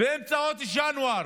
באמצע חודש ינואר,